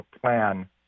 plan